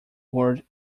word